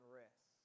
rest